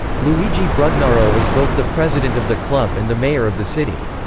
luigi brugnaro is both the president of the club and the mayor of the city.